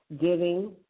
giving